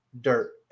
dirt